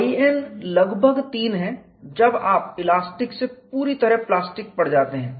In लगभग 3 है जब आप इलास्टिक से पूरी तरह प्लास्टिक पर जाते हैं